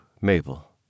Mabel